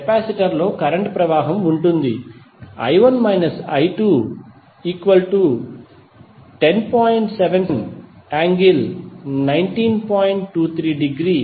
కెపాసిటర్లో కరెంట్ ప్రవాహం ఉంటుంది I1 − I2 10